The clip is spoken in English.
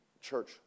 church